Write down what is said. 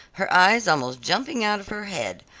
her eyes almost jumping out of her head,